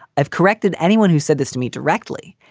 i've corrected anyone who said this to me directly,